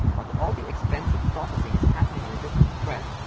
but all the expensive processing is happening in a different thread,